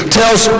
tells